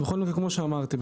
כמו שאמרתי,